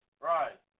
right